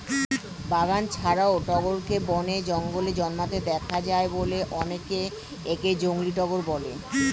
বাগান ছাড়াও টগরকে বনে, জঙ্গলে জন্মাতে দেখা যায় বলে অনেকে একে জংলী টগর বলে